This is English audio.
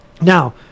Now –